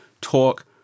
talk